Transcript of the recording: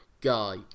guy